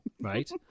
right